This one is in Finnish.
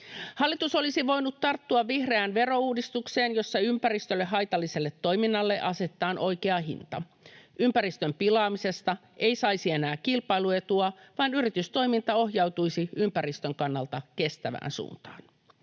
Hallitus olisi voinut tarttua vihreään verouudistukseen, jossa ympäristölle haitalliselle toiminnalle asetetaan oikea hinta. Ympäristön pilaamisesta ei saisi enää kilpailuetua, vaan yritystoiminta ohjautuisi ympäristön kannalta kestävään suuntaan.